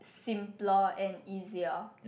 simpler and easier